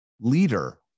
leader